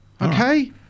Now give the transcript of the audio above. Okay